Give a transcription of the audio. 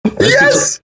Yes